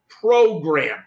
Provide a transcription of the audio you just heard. program